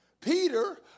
Peter